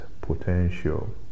potential